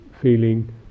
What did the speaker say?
feeling